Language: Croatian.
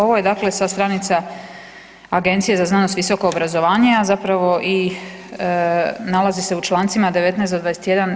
Ovo je dakle sa stranica Agencije za znanost i visoko obrazovanje, a zapravo i nalazi se u čl. 19. do 21.